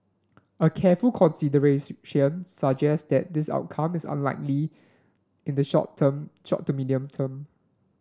a careful suggest that this outcome is unlikely in the short term short to medium term